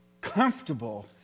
comfortable